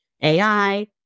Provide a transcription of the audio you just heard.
AI